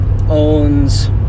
owns